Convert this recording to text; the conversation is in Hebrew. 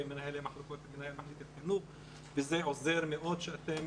כמנהלי מחלקות חינוך וזה מאוד עוזר שאתם